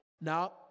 Now